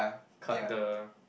cut the